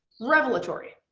revelatory.